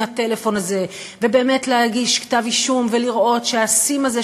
הטלפון הזה ובאמת להגיש כתב-אישום ולראות שהסים הזה,